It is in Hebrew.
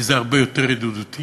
כי זה הרבה יותר ידידותי